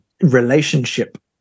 relationship